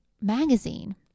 magazine